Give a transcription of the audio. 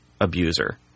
abuser